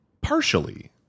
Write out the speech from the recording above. Partially